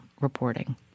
reporting